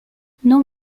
non